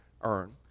earn